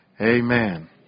Amen